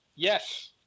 Yes